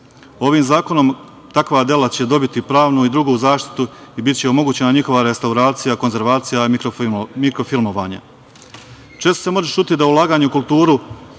Ovim zakonom takva dela će dobiti pravnu i drugu zaštitu i biće omogućena njihova restauracija, konzervacija, mikrofilmovanje. Često se može čuti da ulaganje u kulturu